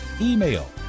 email